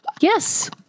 Yes